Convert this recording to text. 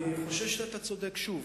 אני חושב שאתה צודק שוב.